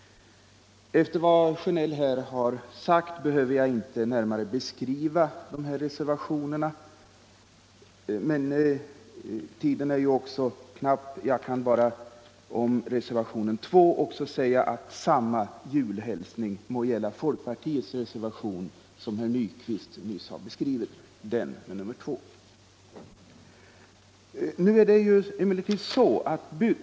Efter vad herr Sjönell här har sagt behöver jag inte närmare beskriva dessa reservationer. Tiden är också knapp. Samma julhälsning må gälla folkpartireservationen 2, som herr Nyquist har redogjort för.